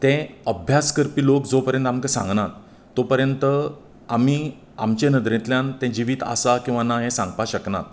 तें अभ्यास करपी लोक जो पर्यंत आमकां सांगनात तो पर्यंत आमी आमचे नदरेंतल्यान तें जिवीत आसा किंवा ना हें सांगपा शकनात